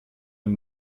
den